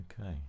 okay